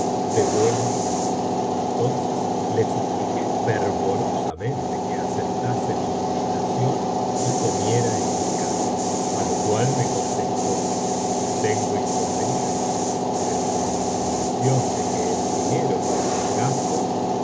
de buena raza entonces le supliqué fervorosamente que aceptase mi invitación y comiera en mi casa á lo cual me contestó no tengo inconveniente pero con la condición de que el dinero para los gastos no